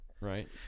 Right